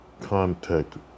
contact